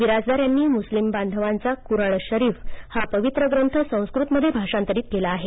बिराजदार यांनी मुस्लिमबांधवांचा कूराण शरीफ हा पवित्र ग्रंथ संस्कृतमध्ये भाषांतरित केला आहे